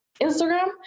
Instagram